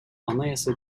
anayasa